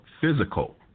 physical